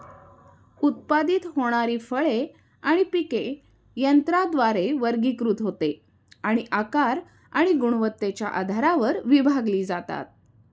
उत्पादित होणारी फळे आणि पिके यंत्राद्वारे वर्गीकृत होते आणि आकार आणि गुणवत्तेच्या आधारावर विभागली जातात